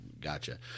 Gotcha